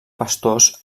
pastors